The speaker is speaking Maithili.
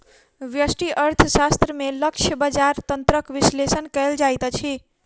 व्यष्टि अर्थशास्त्र में लक्ष्य बजार तंत्रक विश्लेषण कयल जाइत अछि